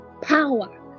Power